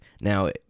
Now